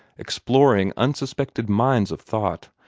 exploring unsuspected mines of thought,